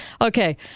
Okay